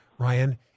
Ryan